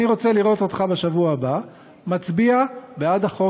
אני רוצה לראות אותך בשבוע הבא מצביע בעד החוק